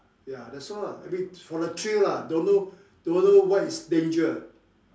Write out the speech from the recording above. ya that's all lah I mean for the thrill lah don't know don't know what is danger